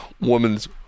woman's